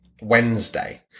Wednesday